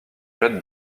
jette